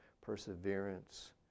perseverance